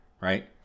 right